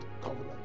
covenant